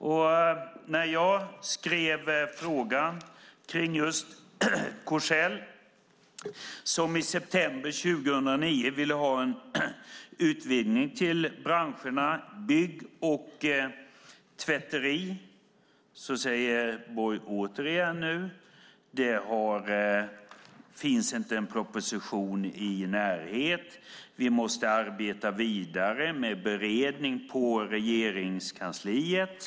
På frågan jag skrev kring just Korsell, som i september 2009 ville ha en utvidgning till branscherna bygg och tvätteri, svarar Borg nu återigen att det inte finns en proposition i närheten: Vi måste arbeta vidare med beredning på Regeringskansliet.